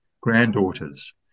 granddaughters